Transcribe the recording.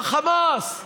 החמאס.